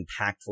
impactful